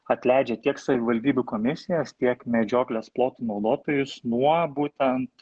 atleidžia tiek savivaldybių komisijas tiek medžioklės plotų naudotojus nuo būtent